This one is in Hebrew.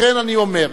לכן אני אומר,